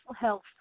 health